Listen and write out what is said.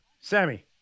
Sammy